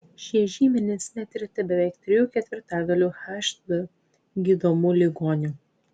šie žymenys netirti beveik trijų ketvirtadalių hd gydomų ligonių